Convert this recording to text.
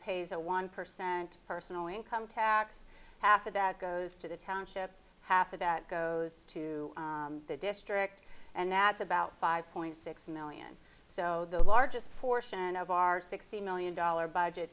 pays a one percent personal income tax half of that goes to the township half of that goes to the district and that's about five point six million so the largest portion of our sixteen million dollars budget